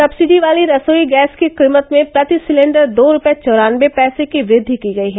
subsidy वाली रसोई gas की कीमत में प्रति सिलेंडर दो रुपये चौरान्नवे पैसे की वृद्वि की गई है